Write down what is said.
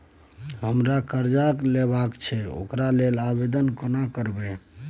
हमरा कर्जा लेबा के छै ओकरा लेल आवेदन केना करबै?